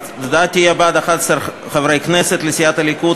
ההצבעה תהיה בעד 11 חברי כנסת: מסיעת הליכוד,